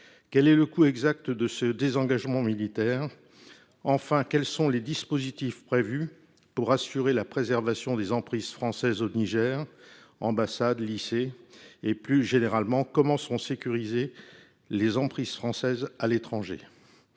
Quel est le coût exact du désengagement militaire ? Enfin, quels sont les dispositifs prévus pour assurer la préservation des emprises françaises au Niger – ambassades, lycées ? Plus généralement, comment seront sécurisées les emprises françaises à l’étranger ?